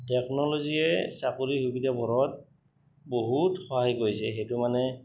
টেকন'ল'জিয়ে চাকৰি সুবিধাবোৰত বহুত সহায় কৰিছে সেইটো মানে